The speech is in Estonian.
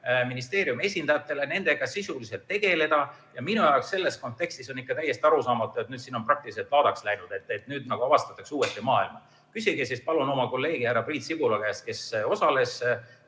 ministeeriumi esindajatele nendega sisuliselt tegeleda. Minu jaoks on selles kontekstis ikka täiesti arusaamatu, et siin on praktiliselt laadaks läinud ja nüüd nagu avastatakse uuesti maailma. Küsige palun oma kolleegi härra Priit Sibula käest, kes osales